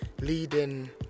leading